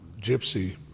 gypsy